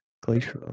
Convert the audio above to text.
Glacial